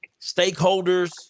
stakeholders